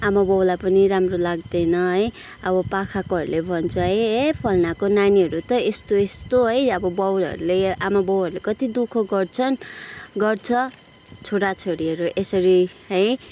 आमा बाउलाई पनि राम्रो लाग्दैन है अब पाखाकोहरूले भन्छ है ए फलनाको नानीहरू त यस्तो यस्तो है अब बाउहरूले पढाइतिर अब दुखः गर्छन् गर्छ छोराछोरीहरू यसरी है